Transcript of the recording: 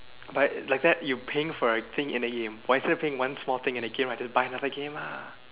but like that you paying for a thing in the game but instead of pay for one small thing in a game just buy another game ah